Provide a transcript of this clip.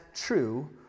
true